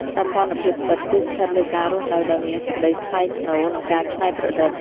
សោភ័ណភាពពិត គឺស្ថិតលើការរស់នៅដោយមានសេចក្ដីថ្លៃថ្នូរ និងការច្នៃប្រឌិត។